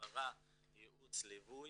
הסברה, ייעוץ, ליווי,